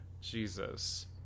Jesus